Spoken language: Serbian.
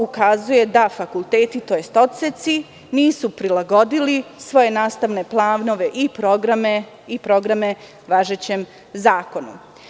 Ukazuje na to da fakulteti tj. odseci nisu prilagodili svoje nastavne planove i programe važećem zakonu.